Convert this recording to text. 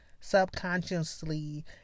subconsciously